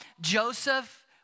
Joseph